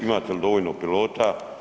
Imate li dovoljno pilota?